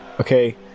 Okay